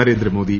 Narendra Modi